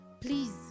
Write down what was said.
please